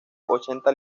ochenta